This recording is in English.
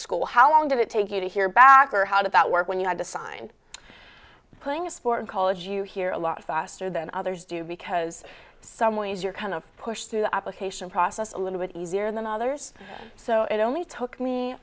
school how long did it take you to hear back or how did that work when you had to sign playing a sport in college you hear a lot faster than others do because someone has your kind of push through the application process a little bit easier than others so it only took me